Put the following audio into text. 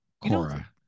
Cora